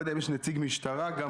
ראשית אז גם